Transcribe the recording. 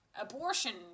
Abortion